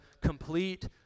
complete